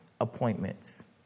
Appointments